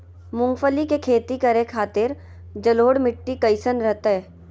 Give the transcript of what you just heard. मूंगफली के खेती करें के खातिर जलोढ़ मिट्टी कईसन रहतय?